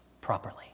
properly